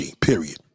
period